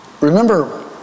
Remember